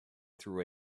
through